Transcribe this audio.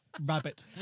Rabbit